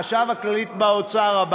החשב הכללי הבא באוצר,